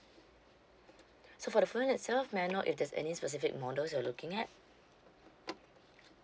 so for the phone itself may I know if there's any specific models you're looking at